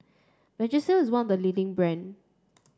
Vagisil is one of the leading brands